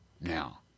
Now